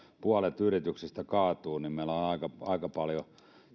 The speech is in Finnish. puolet yrityksistä kaatuu niin meillä on aika aika paljon